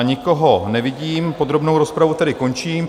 Nikoho nevidím, podrobnou rozpravu tedy končím.